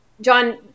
john